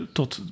tot